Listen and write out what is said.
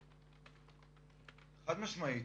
חד-משמעית.